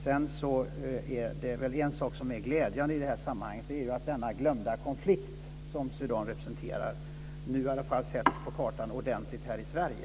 Sedan är det en sak som är väldigt glädjande i det här sammanhanget, nämligen att den glömda konflikt som Sudan representerar nu i alla fall sätts på kartan ordentligt i Sverige.